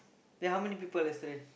then how many people yesterday